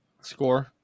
Score